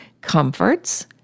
comforts